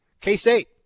K-State